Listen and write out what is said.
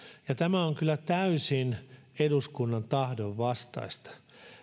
ja tämä on kyllä täysin eduskunnan tahdon vastaista